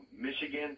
michigan